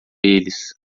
eles